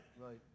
right